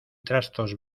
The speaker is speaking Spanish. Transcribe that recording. trastos